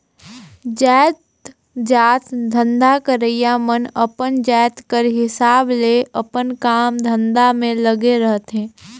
जाएतजात धंधा करइया मन अपन जाएत कर हिसाब ले अपन काम धंधा में लगे रहथें